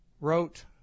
wrote